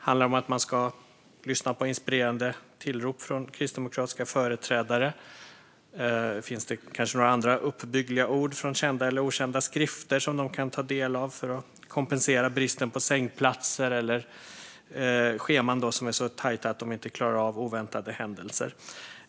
Handlar det om att man ska lyssna på inspirerande tillrop från kristdemokratiska företrädare? Finns det kanske några andra uppbyggliga ord från kända eller okända skrifter som de kan ta del av för att kompensera bristen på sängplatser eller scheman som är så tajta att de inte klarar av oväntade händelser?